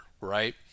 right